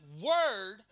word